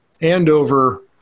Andover